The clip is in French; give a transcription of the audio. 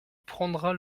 prendras